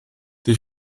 die